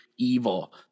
evil